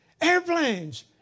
airplanes